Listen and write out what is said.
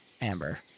amber